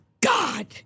God